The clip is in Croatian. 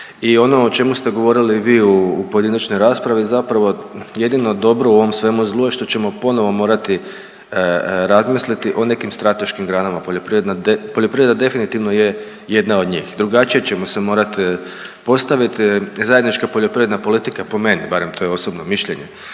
I ono o čemu ste govorili i vi u pojedinačnoj raspravi zapravo jedino dobro u ovom svemu zlu je što ćemo ponovo morati razmisliti o nekim strateškim granama, poljoprivreda definitivno je jedna od njih, drugačije ćemo se morat postavit. Zajednička poljoprivredna politika po meni barem, to je osobno mišljenje,